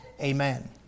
Amen